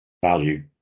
value